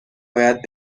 باید